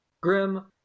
Grim